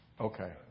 Okay